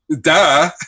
duh